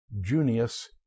Junius